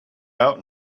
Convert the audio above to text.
out